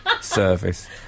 service